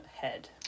head